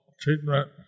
treatment